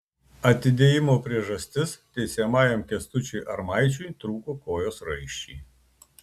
atidėjimo priežastis teisiamajam kęstučiui armaičiui trūko kojos raiščiai